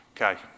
Okay